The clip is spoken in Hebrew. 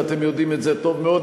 ואתם יודעים את זה טוב מאוד,